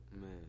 Man